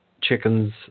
chickens